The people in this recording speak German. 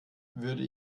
würde